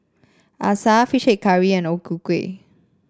acar fish head curry and O Ku Kueh